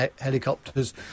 helicopters